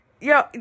yo